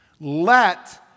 Let